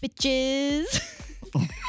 Bitches